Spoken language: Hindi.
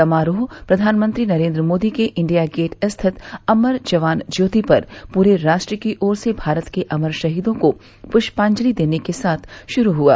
समारोह प्र्वानमंत्री नरेन्द्र मोदी के इंडिया गेट स्थित अमर जवान ज्योति पर पूरे राष्ट्र की ओर से भारत के अमर शहीदों को पुष्पांजलि देने के साथ शुरू हुआ